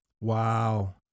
Wow